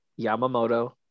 Yamamoto